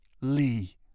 Lee